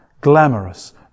glamorous